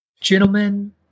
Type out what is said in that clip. gentlemen